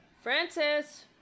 Francis